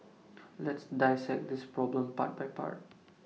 let's dissect this problem part by part